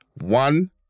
one